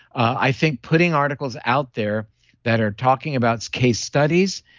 i think putting articles out there that are talking about case studies,